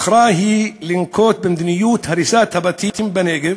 היא בחרה לנקוט במדיניות הריסת הבתים בנגב,